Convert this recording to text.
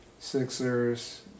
Sixers